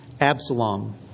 Absalom